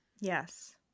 Yes